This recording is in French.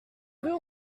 rue